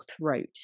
throat